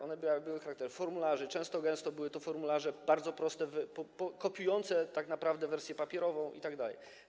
One miały charakter formularzy, często gęsto były to formularze bardzo proste, kopiujące tak naprawdę wersję papierową itd.